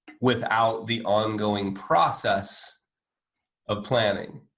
without the ongoing process of planning.